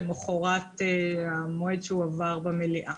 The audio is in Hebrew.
למוחרת המועד שזה עבר במליאה.